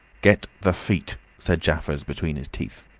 get the feet, said jaffers between his teeth.